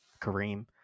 Kareem